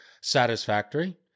satisfactory